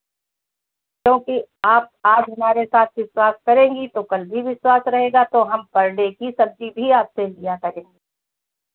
क्योंकि आप आज हमारे साथ विश्वास करेंगी तो कल भी विश्वास रहेगा तो हम पर डे की सब्ज़ी भी आपसे लिया करेंगे